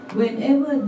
whenever